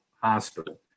hospital